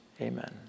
Amen